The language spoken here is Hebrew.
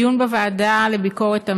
בדיון בוועדה לביקורת המדינה,